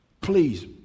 please